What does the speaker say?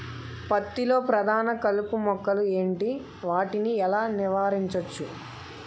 పత్తి లో ప్రధాన కలుపు మొక్కలు ఎంటి? వాటిని ఎలా నీవారించచ్చు?